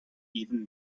even